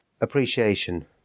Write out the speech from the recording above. Appreciation